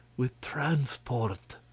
with transport.